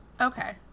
Okay